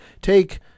take